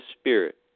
Spirit